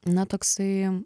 na toksai